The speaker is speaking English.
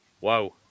wow